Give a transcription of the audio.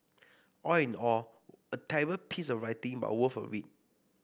all in all a terrible piece of writing but worth a read